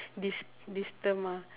this this term lah